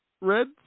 red